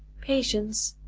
patience,